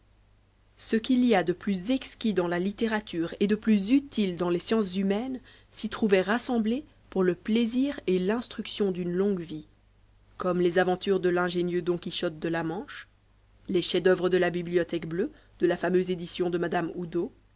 ce qu'il y a de plus exquis dans la littérature et de plus utile dans les sciences humaines s'y trouvait rassemblé pour le plaisir et l'instruction d'une longue vie comme les aventures de l'ingénieux don quichotte de la manche les cheis dœuvre de la bibliothèque bleue de la fameuse édition de m oudot